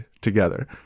together